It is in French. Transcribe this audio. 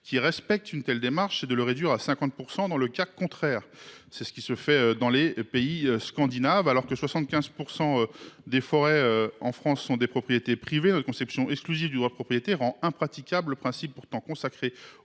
respectant cette démarche et de la réduire à 50 % dans le cas contraire, comme dans les pays scandinaves. Alors que 75 % des forêts en France sont des propriétés privées, notre conception exclusive du droit de propriété rend impraticable le principe, pourtant consacré